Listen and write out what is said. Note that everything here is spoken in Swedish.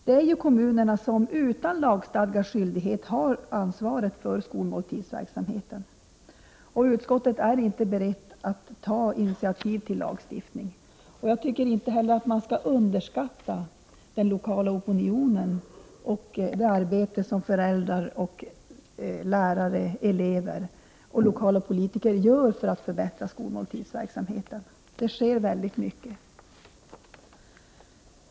Det är ju kommunerna som, utan lagstadgad skyldighet, har ansvaret för skolmåltidsverksamheten. Utskottet är inte berett att ta initiativ till lagstiftning. Jag tycker inte heller att man skall underskatta den lokala opinionen och det arbete som föräldrar, lärare, elever och lokala politiker gör för att förbättra skolmåltidsverksamheten. Det sker väldigt mycket på det här området.